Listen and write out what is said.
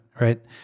right